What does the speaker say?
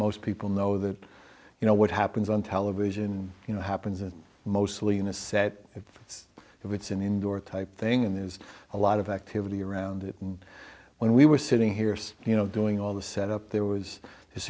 most people know that you know what happens on television you know happens it's mostly in a set if it's if it's an indoor type thing and there is a lot of activity around it and when we were sitting here so you know doing all the set up there was this